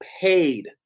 paid